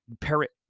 Parrot